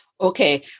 Okay